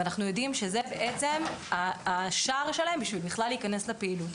ואנחנו יודעים שזה בעצם השער שלהם בשביל בכלל להיכנס לפעילות.